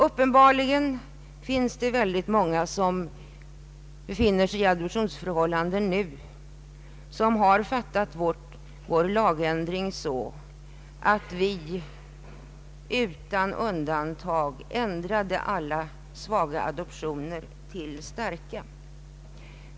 Uppenbarligen finns det många människor, som nu befinner sig i adoptionsförhållande, vilka har fattat lagändringen så att alla svaga adoptioner utan undantag skulle ha ändrats till starka.